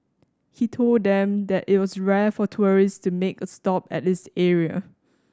he told them that it was rare for tourists to make a stop at this area